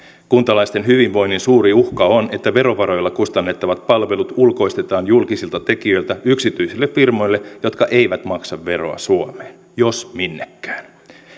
kuntalaisten hyvinvoinnin suuri uhka on että verovaroilla kustannettavat palvelut ulkoistetaan julkisilta tekijöiltä yksityisille firmoille jotka eivät maksa veroa suomeen jos minnekään